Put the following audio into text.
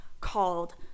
called